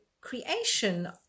creation